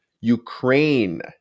Ukraine